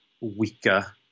weaker